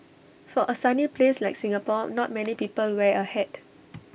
for A sunny place like Singapore not many people wear A hat